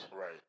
Right